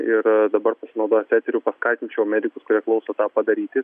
ir dabar pasinaudoti eteriu paskatinčiau medikus kurie klauso tą padaryti